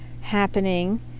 happening